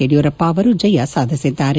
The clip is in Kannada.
ಯಡಿಯೂರಪ್ಪ ಅವರು ಜಯ ಸಾಧಿಸಿದ್ದಾರೆ